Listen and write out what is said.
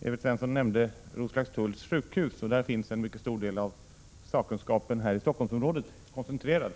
Evert Svensson nämnde Roslagstulls sjukhus, där en mycket stor del av sakkunskapen i Stockholmsområdet finns koncentrerad.